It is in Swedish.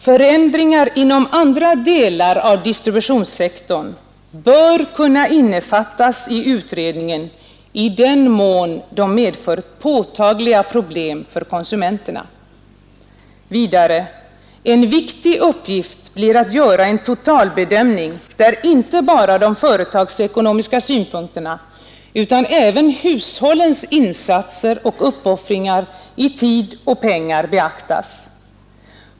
Förändringar inom andra delar av distributionssektorn bör kunna innefattas i utredningen i den mån de medför påtagliga problem för konsumenterna.” Och vidare: ”En viktig uppgift blir att göra en totalbedömning, där inte bara de företagsekonomiska synpunkterna utan även hushållens insatser och uppoffringar i tid och pengar beaktas.